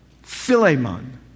Philemon